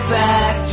back